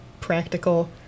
practical